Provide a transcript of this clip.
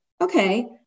okay